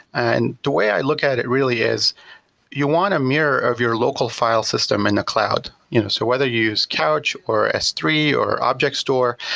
and the way i look at it really is you want a mirror of your local file system in the cloud, you know, so whether you use couch or s three or object store,